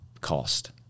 cost